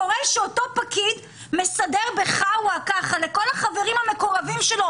קורה שאותו פקיד מסדר "בחוואה" לכל החברים המקורבים שלו